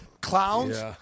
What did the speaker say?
Clowns